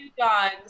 dogs